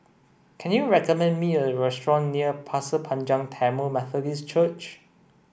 can you recommend me a restaurant near Pasir Panjang Tamil Methodist Church